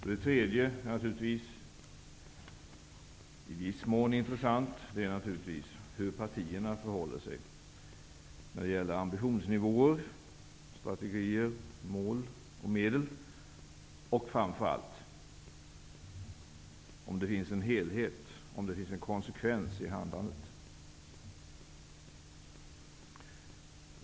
För det tredje är det naturligtvis i viss mån intressant hur partierna förhåller sig när det gäller ambitionsnivåer, strategier, mål och medel och framför allt om det finns helhet och konsekvens i handlandet.